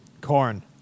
Corn